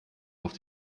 auf